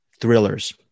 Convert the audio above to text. thrillers